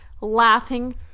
laughing